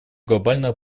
глобального